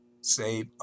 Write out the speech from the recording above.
save